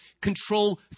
control